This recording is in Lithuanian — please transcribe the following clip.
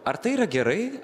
ar tai yra gerai